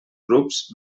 grups